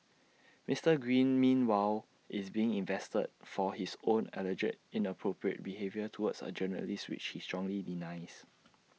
Mister green meanwhile is being investigated for his own alleged inappropriate behaviour towards A journalist which he strongly denies